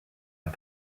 est